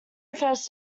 refers